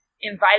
invited